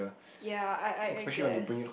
ya I I I guess